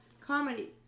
comedy